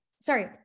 Sorry